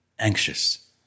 Anxious